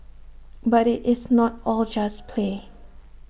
but IT is not all just play